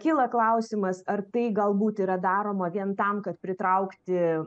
kyla klausimas ar tai galbūt yra daroma vien tam kad pritraukti